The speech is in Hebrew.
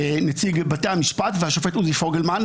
נציג בתי המשפט והשופט עוזי פוגלמן,